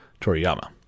Toriyama